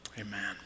Amen